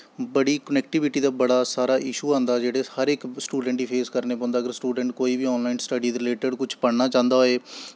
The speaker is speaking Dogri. कनैक्टिविटी दा बड़ा सारा इशू आंदा जेह्ड़ा हर इक स्टूडैंट गी फेस करना पौंदा अगर स्टूडैंट कोई बी स्टडी दे रिलेटिड़ कुछ पढना चांह्दै होऐ